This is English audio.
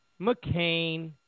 McCain